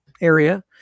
area